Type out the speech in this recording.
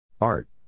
Art